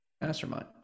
mastermind